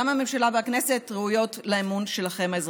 גם הממשלה והכנסת, ראויות לאמון שלכם, האזרחים.